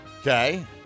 Okay